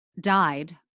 died